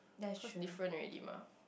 cause different already mah